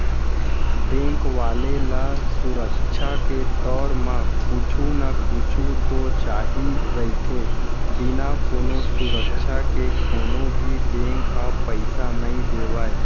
bank वाले ल सुरक्छा के तौर म कुछु न कुछु तो चाही ही रहिथे, बिना कोनो सुरक्छा के कोनो भी बेंक ह पइसा नइ देवय